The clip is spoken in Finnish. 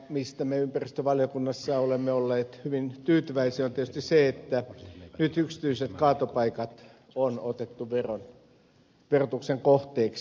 mistä me ympäristövaliokunnassa olemme olleet hyvin tyytyväisiä on tietysti se että nyt yksityiset kaatopaikat on otettu verotuksen kohteeksi